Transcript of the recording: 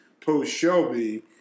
post-Shelby